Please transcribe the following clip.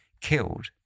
killed